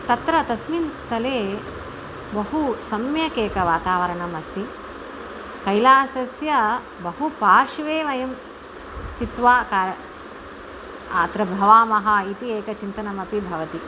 तत्र तस्मिन् स्थले बहु सम्यक् एकं वातावरणमस्ति कैलासस्य बहु पार्श्वे वयं स्थित्वा का अत्र भवामः इति एकं चिन्तनमपि भवति